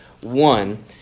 one